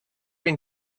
been